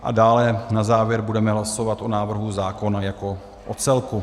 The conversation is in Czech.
A na závěr budeme hlasovat o návrhu zákona jako o celku.